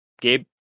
Gabe